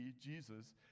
jesus